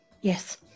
yes